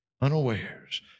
unawares